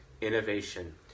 innovation